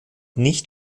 nicht